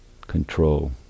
control